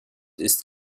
ist